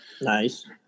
Nice